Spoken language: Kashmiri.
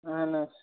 اَہَن حظ